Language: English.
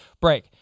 break